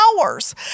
hours